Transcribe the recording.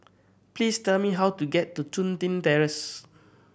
please tell me how to get to Chun Tin Terrace